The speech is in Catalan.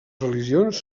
religions